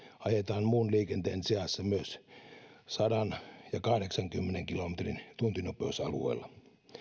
ajetaan muun liikenteen seassa myös sata ja kahdeksankymmenen kilometrin tuntinopeusalueilla